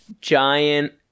Giant